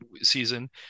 season